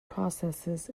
processes